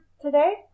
today